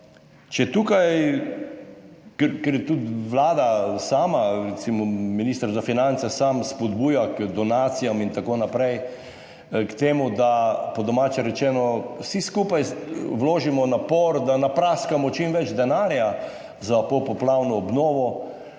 če tukaj, ker je tudi Vlada sama, recimo minister za finance sam spodbuja k donacijam in tako naprej k temu, da po domače rečeno vsi skupaj vložimo napor, da napraskamo čim več denarja za popoplavno obnovo,